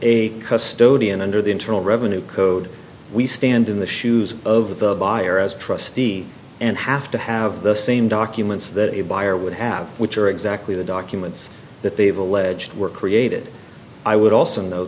a custody and under the internal revenue code we stand in the shoes of the buyer as trustee and have to have the same documents that a buyer would have which are exactly the documents that they've alleged were created i would a